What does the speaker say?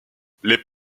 les